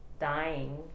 dying